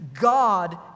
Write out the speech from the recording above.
God